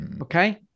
Okay